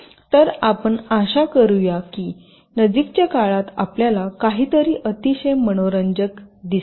तर आपण आशा करूया की नजीकच्या काळात आपल्याला काहीतरी अतिशय मनोरंजक दिसेल